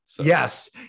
Yes